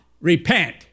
repent